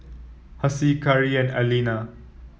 Hassie Kari and Aleena